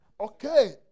Okay